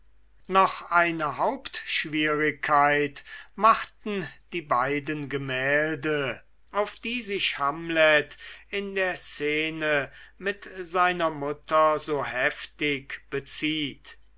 noch eine hauptschwierigkeit machten die beiden gemälde auf die sich hamlet in der szene mit seiner mutter so heftig bezieht